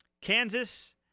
Kansas